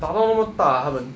打到那么大 ah 他们